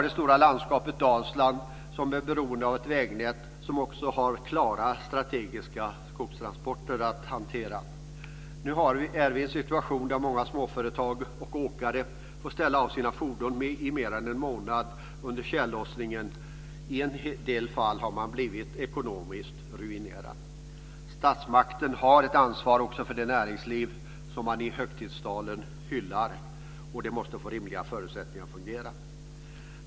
Det stora landskapet Dalsland är beroende av ett vägnät som också har att hantera klara strategiska skogstransporter. Nu måste många småföretag och åkare ställa av sina fordon i mer än en månad under tjällossningen. I en hel del fall har det lett till att de blivit ekonomiskt ruinerade. Statsmakten har ett ansvar för det näringsliv som man i högtidstalen hyllar och som måste få rimliga förutsättningar att fungera.